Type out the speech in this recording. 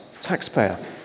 taxpayer